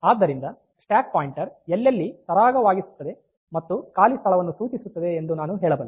ಆದ್ದರಿಂದ stack pointer ಎಲ್ಲೆಲ್ಲಿ ಸರಾಗವಾಗಿಸುತ್ತದೆ ಮತ್ತು ಖಾಲಿ ಸ್ಥಳವನ್ನು ಸೂಚಿಸುತ್ತದೆ ಎಂದು ನಾನು ಹೇಳಬಲ್ಲೆ